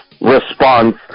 Response